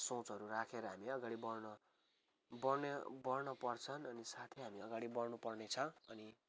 सोचहरू राखेर हामी अगाडि बढ्न बढ्न पर्छन् साथै हामी अगाडि बढ्नुपर्नेछ अनि